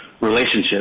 relationship